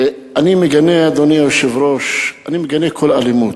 אני מגנה, אדוני היושב-ראש, כל אלימות.